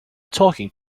talking